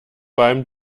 beim